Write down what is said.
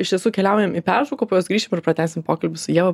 iš tiesų keliaujam į pertrauką po jos grįšim ir pratęsim pokalbį su ieva